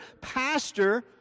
pastor